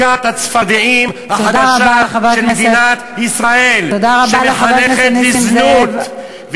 מכת הצפרדעים החדשה של מדינת ישראל, שמחנכת לזנות.